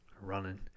running